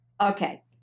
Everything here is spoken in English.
Okay